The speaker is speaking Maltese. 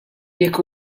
jekk